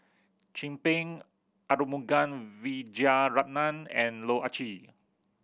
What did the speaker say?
Chin Peng Arumugam Vijiaratnam and Loh Ah Chee